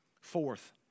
Fourth